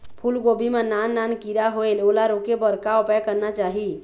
फूलगोभी मां नान नान किरा होयेल ओला रोके बर का उपाय करना चाही?